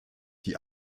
die